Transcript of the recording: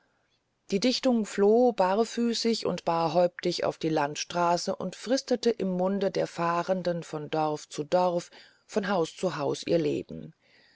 die dichtung floh barfüßig und barhäuptig auf die landstraße und fristete im munde der fahrenden von dorf zu dorf von haus zu haus ihr leben